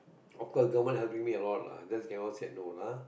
of course government helping me a lot lah just cannot say no lah ah